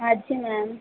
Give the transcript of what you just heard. हाँ जी मैम